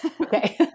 Okay